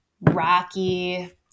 rocky